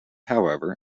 however